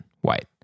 white